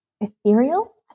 ethereal